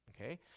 okay